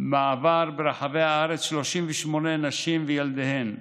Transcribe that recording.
מעבר ברחבי הארץ 38 נשים וילדיהן.